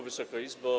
Wysoka Izbo!